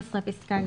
אפידמיולוגית.